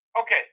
Okay